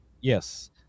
Yes